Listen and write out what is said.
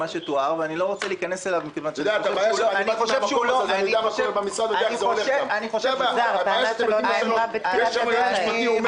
אני לא רוצה להיכנס אליו כי אני חושב שהוא לא --- יש שם יועץ משפטי.